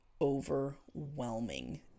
overwhelming